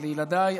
ולילדיי.